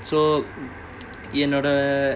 so என்னோட:ennoda